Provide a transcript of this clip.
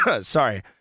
Sorry